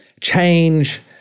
change